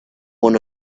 one